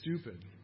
stupid